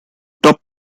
top